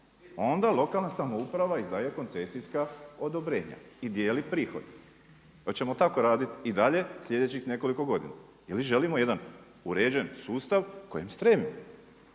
Onda lokalna samouprava izdaje koncesijska odobrenja i dijeli prihod. Hoćemo tako raditi i dalje slijedećih nekoliko godina? Ili želimo jedan uređeni sustav kojem stremimo?